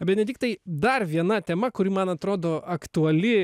benediktai dar viena tema kuri man atrodo aktuali